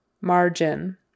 Margin